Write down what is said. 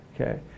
okay